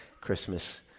Christmas